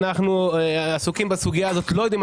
אנחנו עסוקים בסוגייה הזו ולא יודעים אם